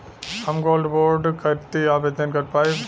हम gold bond करती आवेदन कर पाईब?